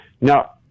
Now